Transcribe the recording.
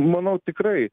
manau tikrai